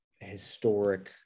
historic